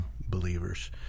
believers